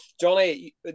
Johnny